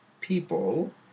people